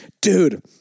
dude